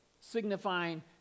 signifying